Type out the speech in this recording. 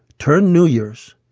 turned new year's,